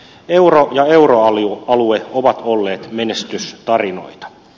euro ja euroalue ovat olleet menestystarinoita